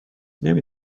نمی